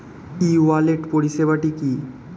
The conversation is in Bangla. ই ওয়ালেট পরিষেবাটি কি?